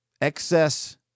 excess